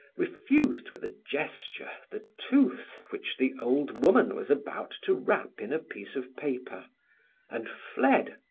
refused with a gesture, the tooth which the old woman was about to wrap in a piece of paper and fled,